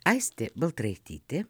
aistė baltraitytė